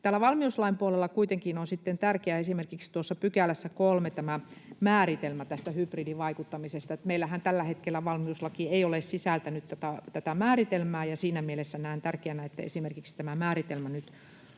kuitenkin on sitten tärkeä esimerkiksi 3 §:ssä määritelmä hybridivaikuttamiselle. Meillähän tällä hetkellä valmiuslaki ei ole sisältänyt tätä määritelmää, ja siinä mielessä näen tärkeänä, että esimerkiksi tämä määritelmä nyt